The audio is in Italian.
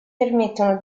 permettono